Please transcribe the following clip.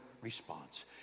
response